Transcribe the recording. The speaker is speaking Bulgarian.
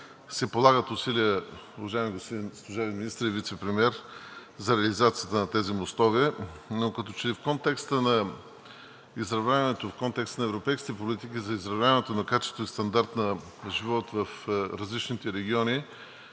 се полагат усилия, уважаеми господин служебен Министър и Вицепремиер, за реализацията на тези мостове, но като че ли в изявлението в контекста на европейските политики за изравняване на качеството и стандарта на живот в различните региони